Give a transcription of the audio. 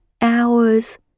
hours